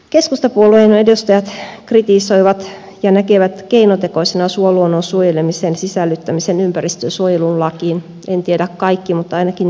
keskustapuolueen edustajat kritisoivat ja näkevät keinotekoisena suoluonnon suojelemisen sisällyttämisen ympäristönsuojelulakiin en tiedä näkevätkö kaikki mutta ainakin jotkut